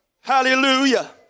Hallelujah